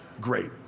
great